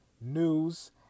news